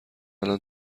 الان